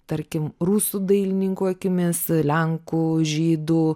tarkim rusų dailininkų akimis lenkų žydų